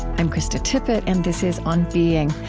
i'm krista tippett, and this is on being.